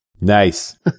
Nice